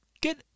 get